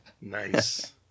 Nice